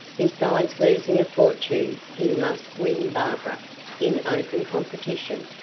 besides losing a fortune he must win barbara in open competition.